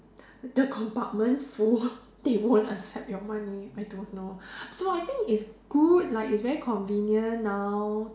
the compartment full they won't accept your money I don't know so I think it's good like it's very convenient now